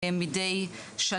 לאלפי ילדים בנוער מידי שנה